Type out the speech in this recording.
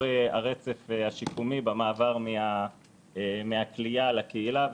הרצף השיקומי במעבר מהכליאה לקהילה.